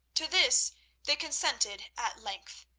to this they consented at length,